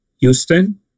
Houston